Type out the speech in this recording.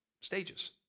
stages